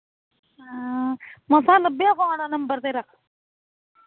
ਮਸਾਂ ਲੱਭਿਆ phone number ਤੇਰਾ